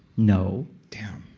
no damn